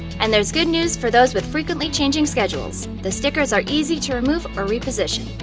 and there's good news for those with frequently changing schedules the stickers are easy to remove or reposition